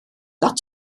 lot